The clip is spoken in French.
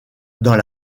dans